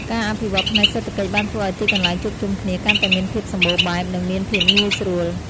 ការអភិវឌ្ឍផ្នែកសេដ្ឋកិច្ចបានធ្វើឱ្យទីកន្លែងជួបជុំគ្នាកាន់តែមានភាពសម្បូរបែប និងមានភាពងាយស្រួល។